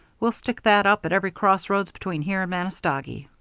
we'll stick that up at every crossroads between here and manistogee.